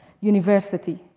University